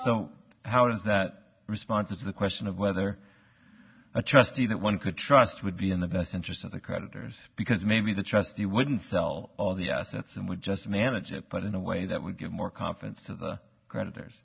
so how does that response is the question of whether a trustee that one could trust would be in the best interest of the creditors because maybe the trustee wouldn't sell all the assets and we just managed to put in a way that would give more confidence to the creditors